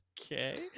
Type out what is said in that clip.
okay